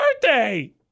birthday